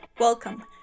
Welcome